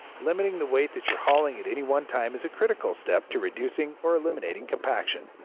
limiting the weight that you're hauling at any one time is a critical step to reducing or eliminating compaction.